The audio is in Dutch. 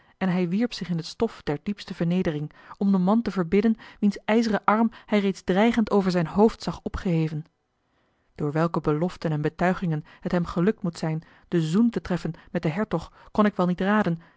en hij wierp zich in t stof der diepste vernedering om den man te verbidden wiens ijzeren arm hij reeds dreigend over zijn hoofd zag opgeheven door welke beloften en betuigingen het hem gelukt moet zijn den zoen te treffen met den hertog kon ik wel niet raden